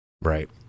Right